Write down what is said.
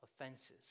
offenses